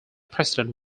president